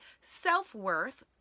self-worth